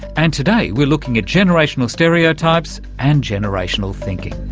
and today we're looking at generational stereotypes and generational thinking.